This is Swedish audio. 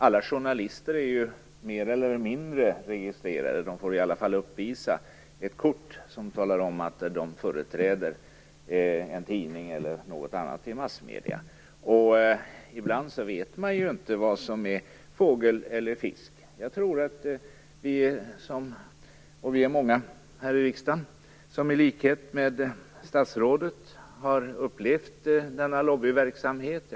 Alla journalister är ju mer eller mindre registrerade - de får i alla fall uppvisa ett kort som talar om att de företräder en tidning eller något annat av massmedierna. Ibland vet man ju inte vad som är fågel eller fisk. Vi är många här i riksdagen som, i likhet med statsrådet, har upplevt denna lobbyverksamhet.